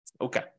Okay